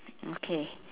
okay